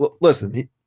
listen